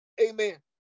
amen